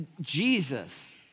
Jesus